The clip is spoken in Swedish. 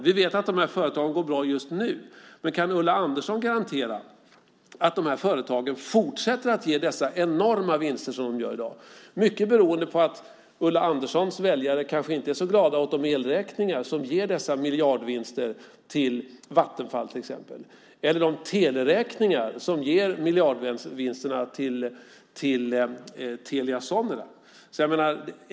Vi vet att dessa företag går bra just nu, men kan Ulla Andersson garantera att de fortsätter att ge de enorma vinster som de ger i dag - mycket beroende på de el och teleräkningar som Ulla Anderssons väljare kanske inte är så glada åt och som ger dessa miljardvinster till Vattenfall och till Telia Sonera.